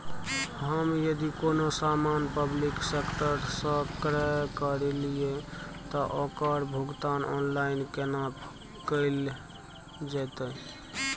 हम यदि कोनो सामान पब्लिक सेक्टर सं क्रय करलिए त ओकर भुगतान ऑनलाइन केना कैल जेतै?